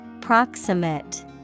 Proximate